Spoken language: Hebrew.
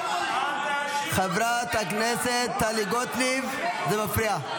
חברת הכנסת טלי גוטליב, זה מפריע.